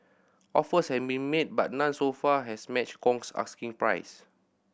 offers have been made but none so far has matched Kong's asking price